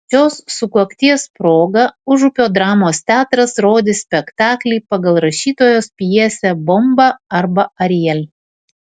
šios sukakties proga užupio dramos teatras rodys spektaklį pagal rašytojos pjesę bomba arba ariel